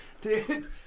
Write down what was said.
Dude